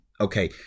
okay